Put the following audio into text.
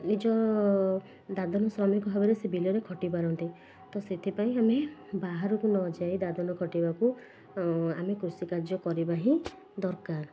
ନିଜ ଦାଦନ ଶ୍ରମିକ ଭାବେ ସେ ବିଲରେ ଖଟି ପାରନ୍ତେ ତ ସେଥିପାଇଁ ଆମେ ବାହାରକୁ ନଯାଇ ଦାଦନ ଖଟିବାକୁ ଆମେ କୃଷି କାର୍ଯ୍ୟ କରିବା ହିଁ ଦରକାର